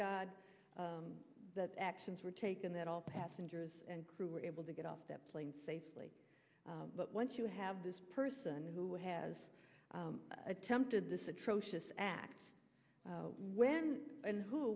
god that actions were taken that all passengers and crew were able to get off that plane safely but once you have this person who has attempted this atrocious act when and who